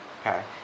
Okay